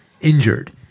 injured